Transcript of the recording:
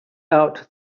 out